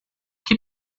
que